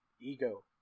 ego